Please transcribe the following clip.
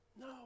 No